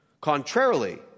Contrarily